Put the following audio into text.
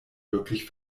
wirklich